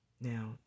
Now